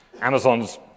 Amazon's